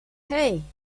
hey